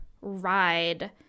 ride